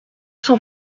cent